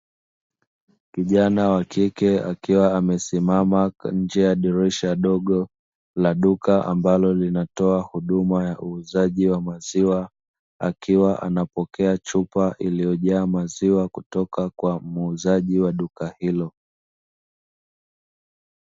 Kijana wa kike akiwa amesimama kwa nje ya dirisha dogo la duka ambalo linatoa huduma ya uuzaji wa maziwa. Akiwa anapokea chupa iliyojaa maziwa kutoka kwa muuzaji wa duka hilo.